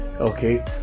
Okay